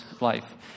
life